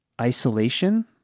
isolation